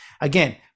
Again